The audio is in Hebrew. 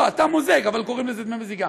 לא, אתה מוזג, אבל קוראים לזה דמי מזיגה.